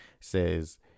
says